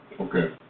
Okay